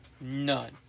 None